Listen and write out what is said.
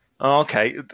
Okay